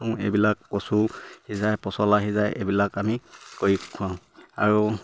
এইবিলাক কচু সিজাই পচলা সিজাই এইবিলাক আমি কৰি খুৱাওঁ আৰু